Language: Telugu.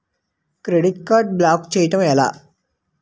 క్రెడిట్ కార్డ్ బ్లాక్ చేయడం ఎలా?